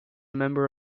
member